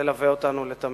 תלווה אותנו לתמיד.